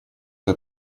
это